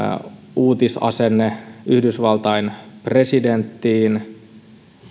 uutisasenne yhdysvaltain presidenttiin